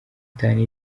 itanu